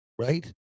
right